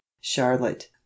charlotte